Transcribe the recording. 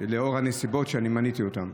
לאור הנסיבות שמניתי אותן?